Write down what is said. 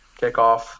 kickoff